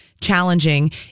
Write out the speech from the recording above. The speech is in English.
challenging